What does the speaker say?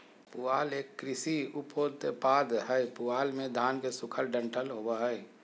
पुआल एक कृषि उपोत्पाद हय पुआल मे धान के सूखल डंठल होवो हय